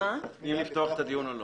אם לפתוח את הדיון או לא.